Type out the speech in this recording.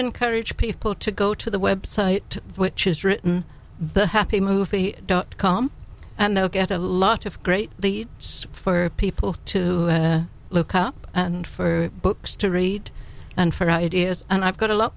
encourage people to go to the website which is written the happy move dot com and they'll get a lot of great the it's for people to have look up and for books to read and for ideas and i've got a lot